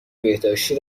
بهداشتی